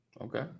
Okay